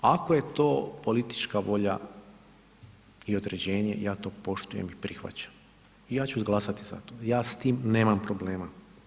Ako je to politička volja i određenje, ja to poštujem i prihvaćam i ja ću glasati za to, ja s tim nemam problema.